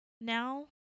now